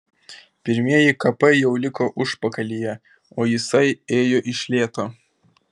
pirmieji kapai jau liko užpakalyje o jisai ėjo iš lėto